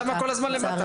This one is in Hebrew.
למה כל הזמן למטה?